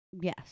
yes